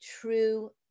true